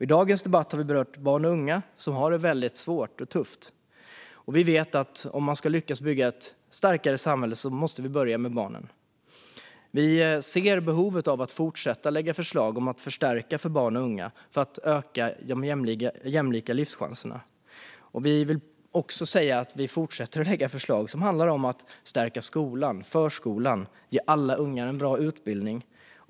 I dagens debatt har vi berört barn och unga som har det väldigt svårt och tufft. Vi vet att om vi ska lyckas bygga ett starkare samhälle måste vi börja med barnen. Vi ser behovet av att fortsätta att lägga fram förslag om att förstärka för barn och unga för att öka de jämlika livschanserna. Vi fortsätter därför att lägga fram förslag som handlar om att stärka skolan och förskolan och att ge alla ungar en bra utbildning.